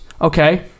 Okay